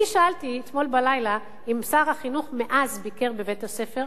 שאלתי אתמול בלילה אם שר החינוך ביקר מאז בבית-הספר.